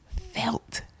felt